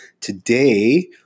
Today